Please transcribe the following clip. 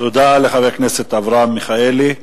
תודה לחבר הכנסת אברהם מיכאלי.